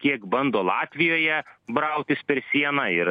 kiek bando latvijoje brautis per sieną ir